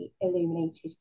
illuminated